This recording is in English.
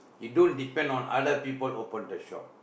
you don't depend on other people open the shop